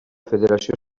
federació